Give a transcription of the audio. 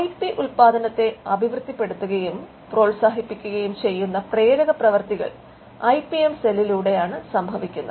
I P ഉത്പാദനത്തെ അഭിവൃദ്ധിപ്പെടുത്തുകയും പ്രോത്സാഹിപ്പിക്കുകയും ചെയ്യുന്ന പ്രേരകപ്രവർത്തികൾ ഐ പി എം സെല്ലിലൂടെയാണ് സംഭവിക്കുന്നത്